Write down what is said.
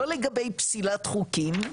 לא לגבי פסילת חוקים,